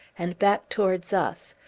and back towards us,